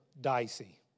dicey